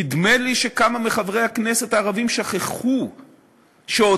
נדמה לי שכמה מחברי הכנסת הערבים שכחו שאותם